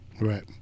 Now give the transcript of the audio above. Right